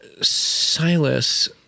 Silas